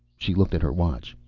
she looked at her watch.